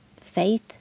Faith